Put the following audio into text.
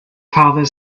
father